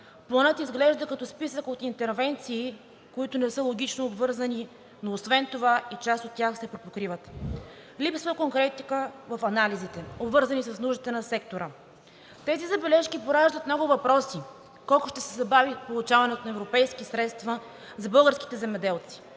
Планът изглежда като списък от интервенции, които не са логично обвързани, но освен това и част от тях се препокриват. Липсва конкретика в анализите, обвързани с нуждите на сектора. Тези забележки пораждат много въпроси – колко ще се забави получаването на европейски средства за българските земеделци?